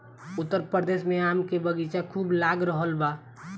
उत्तर प्रदेश में आम के बगीचा खूब लाग रहल बा